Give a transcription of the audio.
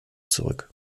zurück